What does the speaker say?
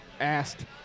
asked